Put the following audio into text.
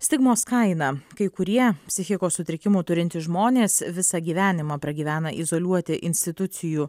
stigmos kaina kai kurie psichikos sutrikimų turintys žmonės visą gyvenimą pragyvena izoliuoti institucijų